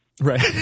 Right